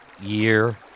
year